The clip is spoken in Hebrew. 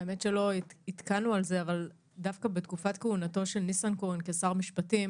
האמת שלא עדכנו על זה אבל דווקא בתקופת כהונתו של ניסנקורן כשר משפטים